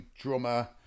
drummer